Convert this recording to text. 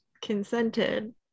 consented